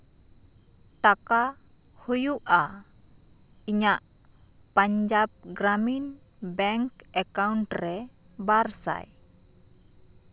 ᱴᱟᱠᱟ ᱦᱩᱭᱩᱜᱼᱟ ᱤᱧᱟᱹᱜ ᱯᱟᱧᱡᱟᱵᱽ ᱜᱨᱟᱢᱤᱱ ᱵᱮᱝᱠ ᱮᱠᱟᱣᱩᱱᱴ ᱨᱮ ᱵᱟᱨ ᱥᱟᱭ